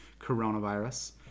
coronavirus